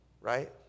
right